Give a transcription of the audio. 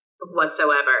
whatsoever